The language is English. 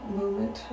moment